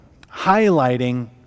highlighting